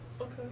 Okay